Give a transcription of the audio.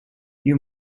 you